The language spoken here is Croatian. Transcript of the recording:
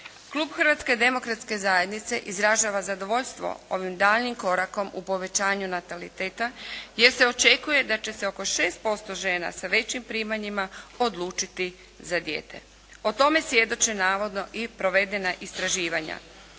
Klub Hrvatske demokratske zajednice izražava zadovoljstvo ovim daljnjim korakom u povećanju nataliteta jer se očekuje da će se oko 6% žena sa većim primanjima odlučiti za dijete. O tome svjedoče navodno i provedena istraživanja.